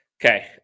Okay